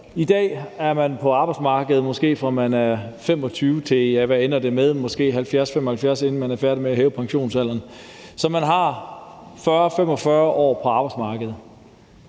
man er, ja, hvad ender det med, måske 70-75 år, inden vi er færdige med at hæve pensionsalderen. Så man har 40-45 år på arbejdsmarkedet.